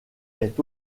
est